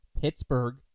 Pittsburgh